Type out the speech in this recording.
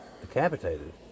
decapitated